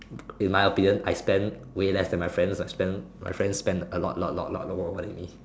in my opinion I spend way less than my friends spend my friends a lot lot lot lot lot more than me